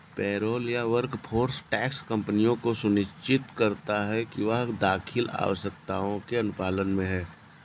payroll या workforce tax कंपनियों को सुनिश्चित करता है कि वह कर दाखिल आवश्यकताओं के अनुपालन में है